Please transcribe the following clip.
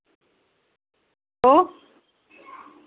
ओ